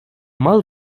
mal